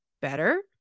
better